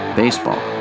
baseball